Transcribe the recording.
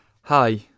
Hi